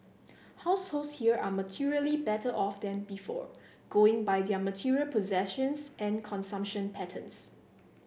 households here are materially better off than before going by their material possessions and consumption patterns